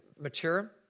mature